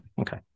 Okay